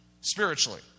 spiritually